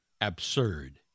absurd